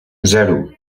zero